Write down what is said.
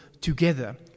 together